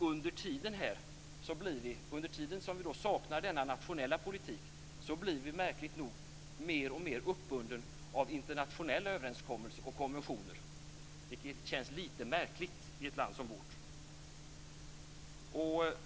Under tiden som vi saknar denna nationella politik blir vi märkligt nog mer och mer uppbundna av internationella överenskommelser och konventioner, vilket känns lite märkligt i ett land som vårt.